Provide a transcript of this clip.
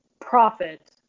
Profit